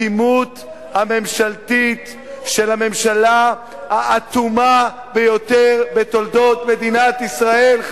על האטימות הממשלתית של הממשלה האטומה ביותר בתולדות מדינת ישראל,